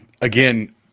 again